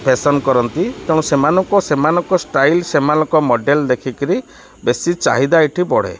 fashion କରନ୍ତି ତେଣୁ ସେମାନଙ୍କ ସେମାନଙ୍କ ଷ୍ଟାଇଲ୍ ସେମାନଙ୍କ ମଡ଼େଲ୍ ଦେଖିକିରି ବେଶୀ ଚାହିଦା ଏଠି ବଢ଼େ